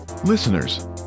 Listeners